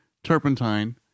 turpentine